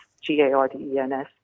G-A-R-D-E-N-S